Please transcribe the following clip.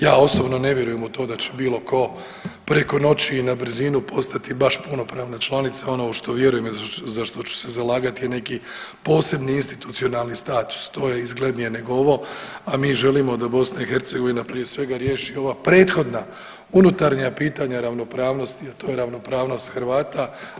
Ja osobno ne vjerujem u to da će bilo ko preko noći i na brzinu postati baš punopravna članica, ono u što vjerujem i za što ću se zalagati je neki posebni institucionalni status to je izglednije nego ovo, a mi želimo da BiH prije svega riješi ova prethodna unutarnja pitanja ravnopravnosti, a to je ravnopravnost Hrvata.